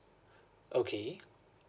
okay